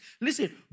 Listen